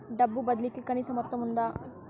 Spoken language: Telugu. డబ్బు బదిలీ కి కనీస మొత్తం ఉందా?